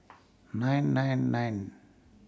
nine nine nine